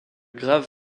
grave